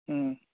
ꯎꯝ